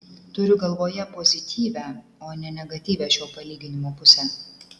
turiu galvoje pozityvią o ne negatyvią šio palyginimo pusę